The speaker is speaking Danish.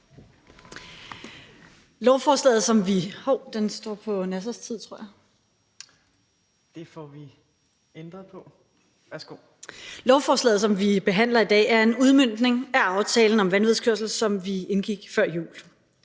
Lovforslaget, som vi behandler i dag, er en udmøntning af aftalen om vanvidskørsel, som vi indgik før jul.